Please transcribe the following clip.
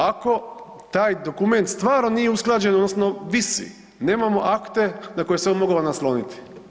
Ako taj dokument stvarno nije usklađen, odnosno visi, nemamo akte na koje se on mogao nasloniti.